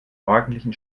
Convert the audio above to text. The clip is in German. morgendlichen